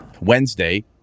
Wednesday